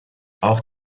auch